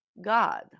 God